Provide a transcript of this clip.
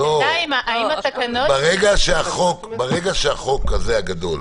ברגע שהחוק הזה, הגדול,